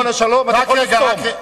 אתה יכול לסתום.